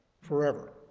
forever